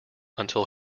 until